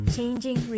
Changing